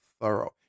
thorough